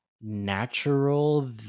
natural